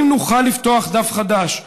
האם נוכל לפתוח דף חדש,